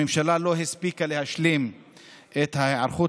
הממשלה לא הספיקה להשלים את ההיערכות